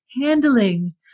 handling